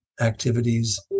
activities